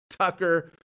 Tucker